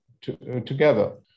together